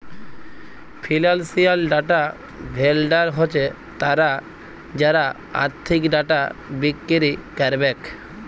financial data vendor হছে তারা যারা আথ্থিক ডাটা বিক্কিরি ক্যারবেক